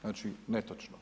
Znači netočno.